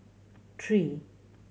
three